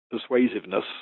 persuasiveness